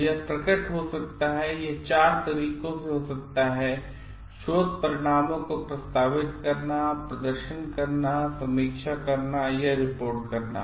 तो यह प्रकट हो सकता है यह 4 तरीकों में हो सकता हैशोध परिणामों को प्रस्तावित करना प्रदर्शन करना समीक्षा करना या रिपोर्ट करना